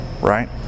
right